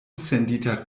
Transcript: sendita